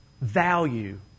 value